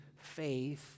faith